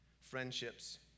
friendships